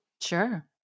Sure